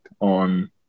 on